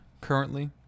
currently